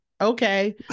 Okay